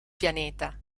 pianeta